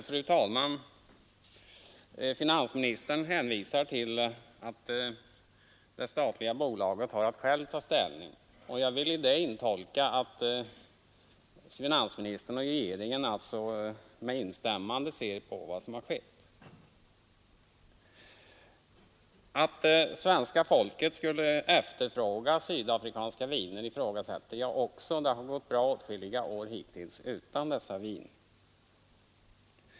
Fru talman! Finansministern hänvisar till att det statliga bolaget har att självt ta ställning, och jag vill i det intolka att finansministern och regeringen alltså med instämmande ser på vad som har skett. Att svenska folket skulle efterfråga sydafrikanska viner betvivlar jag också. Det har gått bra åtskilliga år hittills utan dessa viner.